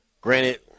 granted